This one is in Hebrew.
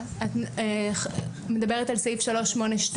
את מדברת על סעיף 382?